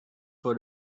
for